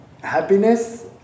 happiness